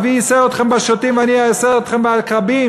אבי ייסר אתכם בשוטים ואני אייסר אתכם בעקרבים.